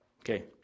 Okay